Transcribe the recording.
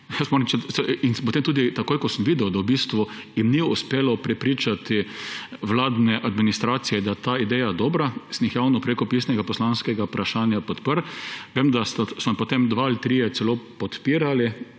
sem potem tudi takoj, ko sem videl, da v bistvu jim ni uspelo prepričati vladne administracije, da je ta ideja dobra, sem jih javno preko pisnega poslanskega vprašanja podprl, vem, da so me potem dva ali trije celo podpirali.